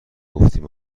گفتیم